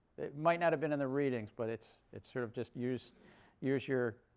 it might not have been in the readings, but it's it's sort of just use use your